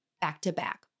back-to-back